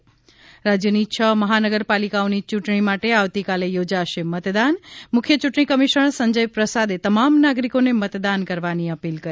ઃ રાજ્યની છ મહાનગરપાલિકાઓની ચૂંટણી માટે આવતીકાલે યોજાશે મતદાન મુખ્ય યૂંટણી કમિશ્નર સંજય પ્રસાદે તમામ નાગરિકોને મતદાન કરવાની અપીલ કરી